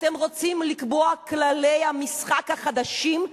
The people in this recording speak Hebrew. אתם רוצים לקבוע כללי משחק חדשים,